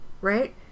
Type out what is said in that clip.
Right